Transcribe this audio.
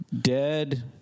dead